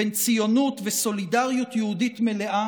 בין ציונות וסולידריות יהודית מלאה